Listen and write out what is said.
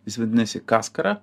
jis vadinasi kaskara